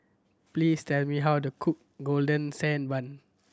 please tell me how to cook Golden Sand Bun